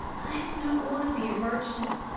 i do not want to be a merchant,